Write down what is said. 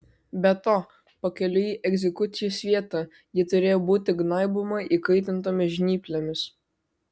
be to pakeliui į egzekucijos vietą ji turėjo būti gnaiboma įkaitintomis žnyplėmis